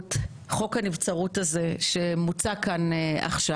משמעות חוק הנבצרות הזה שמוצג כאן עכשיו?